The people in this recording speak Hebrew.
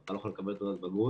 אתה לא יכול לקבל תעודת בגרות.